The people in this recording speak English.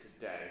today